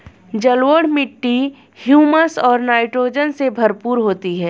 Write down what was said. जलोढ़ मिट्टी हृयूमस और नाइट्रोजन से भरपूर होती है